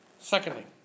Secondly